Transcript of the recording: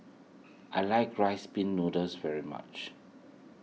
I like Rice Pin Noodles very much